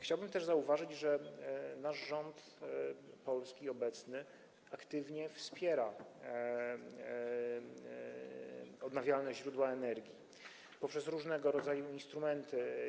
Chciałbym też zauważyć, że obecny polski rząd aktywnie wspiera odnawialne źródła energii poprzez różnego rodzaju instrumenty.